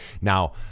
Now